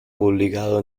publicado